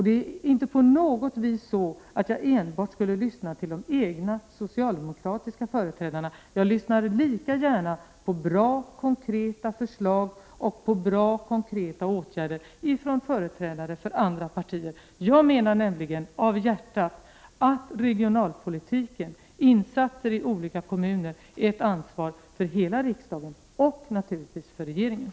Det är inte på något vis så att jag skulle lyssna enbart till socialdemokratiska företrädare. Jag lyssnar lika gärna på bra, konkreta förslag till åtgärder från företrädare från andra partier. Jag menar verkligen av hjärtat att regionalpolitik, insatser i olika kommuner, är ett ansvar för hela riksdagen — och naturligtvis för regeringen.